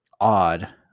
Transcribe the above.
odd